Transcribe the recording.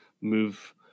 move